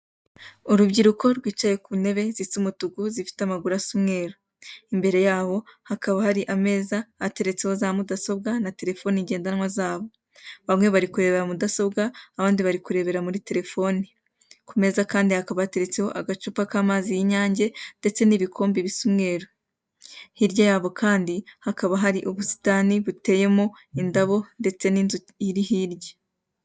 Urubyiruko rwicaye ku ntebe zisa umutuku zifite amaguru asa umweru. Imbere yabo hakaba hari ameza ateretseho za mudasobwa na telefoni ngendanwa zabo. Bamwe bari kurebera mudasobwa, abandi bari kurebera muri telefoni. Ku meza kandi hakaba hateretseho agacupa k'amazi y'Inyange ndetse n'ibikombe bisa umweru. Hirya yabo kandi hakaba hari ubusitani buteyemo indabo ndetse n'inzu iri hirya.